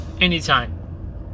anytime